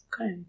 Okay